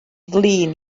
flin